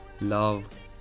love